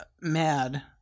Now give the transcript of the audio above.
mad